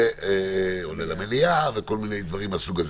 זה עולה למליאה ודברים מהסוג הזה.